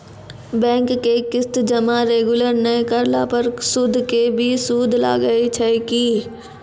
Bank के किस्त जमा रेगुलर नै करला पर सुद के भी सुद लागै छै कि?